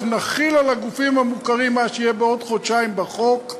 אנחנו נחיל על הגופים המוכרים מה שיהיה בעוד חודשיים בחוק,